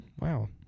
wow